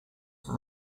for